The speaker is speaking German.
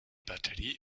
batterie